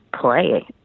play